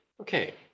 Okay